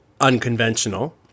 unconventional